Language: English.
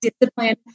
discipline